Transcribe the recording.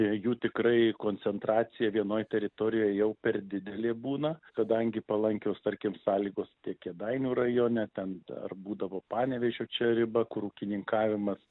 jų tikrai koncentracija vienoj teritorijoj jau per didelė būna kadangi palankios tarkim sąlygos tiek kėdainių rajone ten dar būdavo panevėžio čia riba kur ūkininkavimas